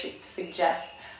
suggest